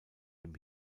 dem